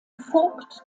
vogt